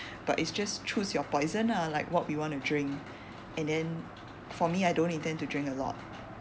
but it's just choose your poison ah what we wanna drink and then for me I don't intend to drink a lot